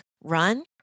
run